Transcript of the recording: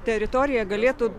teritorija galėtų